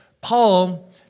Paul